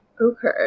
Okay